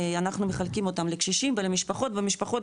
אנחנו מחלקים אותם לקשישים ומשפחות ומשפחות